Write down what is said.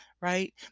right